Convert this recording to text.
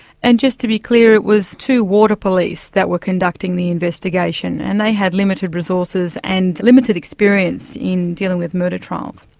and just to be clear, it was two water police that were conducting the investigation, and they had limited resources and limited experience in dealing with murder trials.